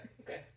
okay